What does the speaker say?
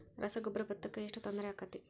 ರಸಗೊಬ್ಬರ, ಭತ್ತಕ್ಕ ಎಷ್ಟ ತೊಂದರೆ ಆಕ್ಕೆತಿ?